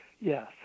Yes